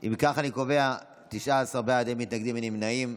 אם כך אני קובע, 19 בעד, אין מתנגדים, אין נמנעים.